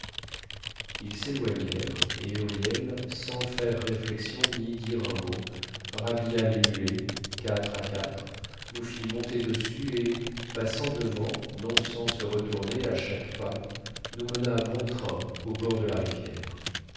ils s'éloignèrent et huriel sans faire réflexion ni dire un mot rhabilla les mulets quatre à quatre nous fit monter dessus et passant devant non sans se retourner à chaque pas nous mena bon train au bord de la rivière